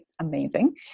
Amazing